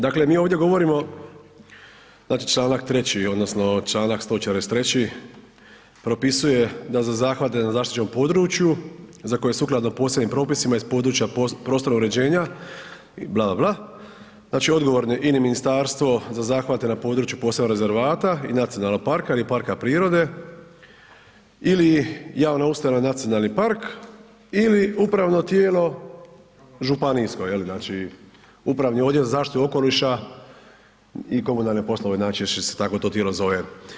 Dakle, mi ovdje govorimo, znači Članak 3. odnosno Članak 143. propisuje da za zahvate na zaštićenom području za koje sukladno posebnim propisima iz područja prostora uređenja, bla, bla, bla, znači odgovorne ili ministarstvo za zahvate na području posebnog rezervata i nacionalnog parka ili parka prirode ili javna ustanova nacionalni park ili upravno tijelo županijsko je li, znači upravni odjel za zaštitu okoliša i komunalne poslove …/nerazumljivo/… tako to tijelo zove.